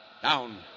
Down